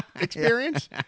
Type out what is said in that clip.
experience